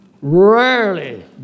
rarely